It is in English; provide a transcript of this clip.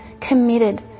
committed